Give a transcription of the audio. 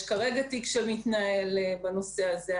יש כרגע עוד מקרה שמתנהל בנושא זה.